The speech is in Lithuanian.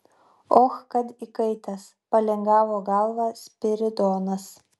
och kad įkaitęs palingavo galvą spiridonas